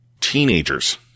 teenagers